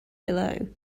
below